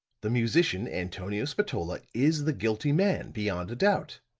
the musician, antonio spatola, is the guilty man, beyond a doubt.